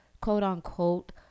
quote-unquote